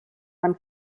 man